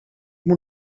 moet